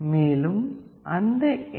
மேலும் அந்த எஸ்